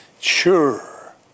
sure